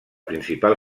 principal